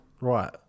Right